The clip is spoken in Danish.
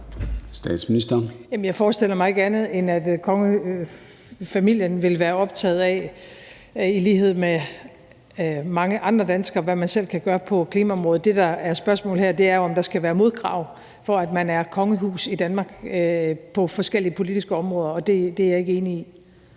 Jeg forestiller mig ikke andet, end at kongefamilien vil være optaget af – i lighed med mange andre danskere – hvad man selv kan gøre på klimaområdet. Det, der er spørgsmålet her, er jo, om der skal være modkrav, for at man er kongehus i Danmark, på forskellige politiske områder, og det er jeg ikke enig i.